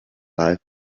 life